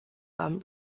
them